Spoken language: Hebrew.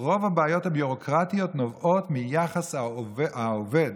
רוב הבעיות הביורוקרטיות נובעות מיחס העובד,